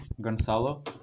Gonzalo